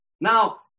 Now